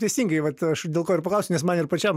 teisingai vat aš dėl ko ir paklausiu nes man ir pačiam